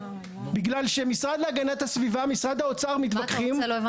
בגלל שהמשרד להגנת הסביבה ומשרד האור מתווכחים.